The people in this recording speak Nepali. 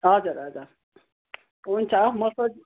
हजुर हजुर हुन्छ म सोध